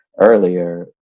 earlier